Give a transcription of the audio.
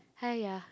hi ya